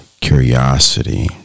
curiosity